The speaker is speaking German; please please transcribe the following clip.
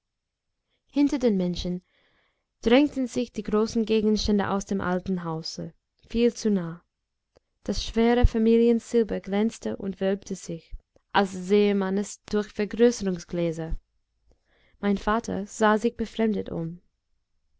hinter den menschen drängten sich die großen gegenstände aus dem alten hause viel zu nah das schwere familiensilber glänzte und wölbte sich als sähe man es durch vergrößerungsgläser mein vater sah sich befremdet um